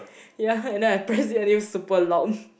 ya and then I press it and it was super loud